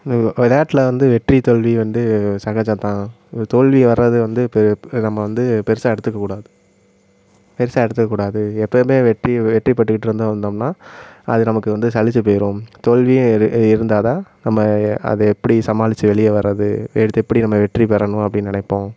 வெ விளையாட்டுல வந்து வெற்றி தோல்வி வந்து சகஜம் தான் தோல்வி வர்றது வந்து பெ நம்ம வந்து பெரிசா எடுத்துக்கக்கூடாது பெரிசா எடுத்துக்கக்கூடாது எப்போயுமே வெற்றி வெற்றி பெற்றுக்கிட்டு இருந்து வந்தோம்னால் அது நமக்கு வந்து சலிச்சு போயிடும் தோல்வியே இரு இருந்தால் தான் நம்ம அது எப்படி சமாளிச்சு வெளிய வர்றது எடுத்து எப்படி நம்ம வெற்றி பெறணும் அப்படின்னு நினைப்போம்